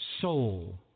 soul